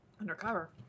undercover